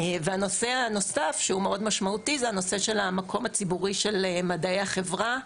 נושא נוסף שהוא מאוד משמעותי הוא הנושא של המקום הציבורי של מדעי החברה.